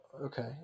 Okay